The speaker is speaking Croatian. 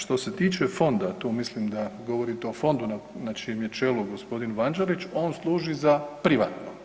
Što se tiče fonda, tu mislim da govorite o fondu na čijem je čelu gospodin Evanđelić on služi za privatno.